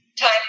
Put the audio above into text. time